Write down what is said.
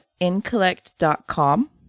InCollect.com